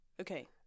Okay